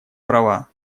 права